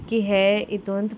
की हे हितूंत